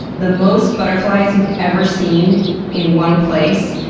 the most butterflies he's ever seen in one place,